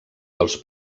dels